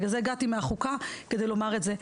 בגלל זה הגעתי מהחוקה כדי לומר את זה.